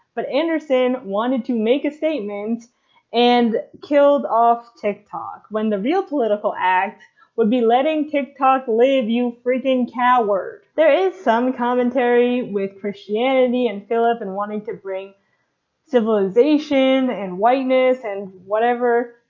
but anderson wanted to make a statement and killed off tick tock, when the real political act would be letting tick tock live you freaking coward! there is some commentary with christianity and philip and wanting to bring civilization and whiteness and whatever,